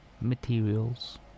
materials